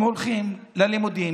הם הולכים ללימודים,